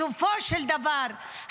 בסופו של דבר,